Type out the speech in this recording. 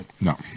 No